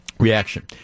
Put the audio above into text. Reaction